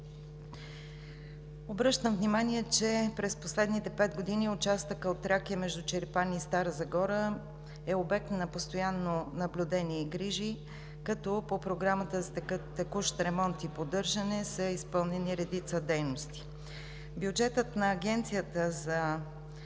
Обръщам внимание, че през последните пет години участъкът от „Тракия“ между Чирпан и Стара Загора е обект на постоянно наблюдение и грижи, като по Програмата „Текущ ремонт и поддържане“ са изпълнени редица дейности. Бюджетът на Агенцията за